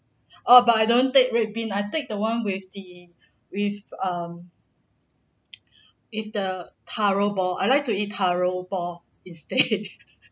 oh but I don't take red bean I take the one with the with um with the taro ball I like to eat taro ball instead